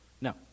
No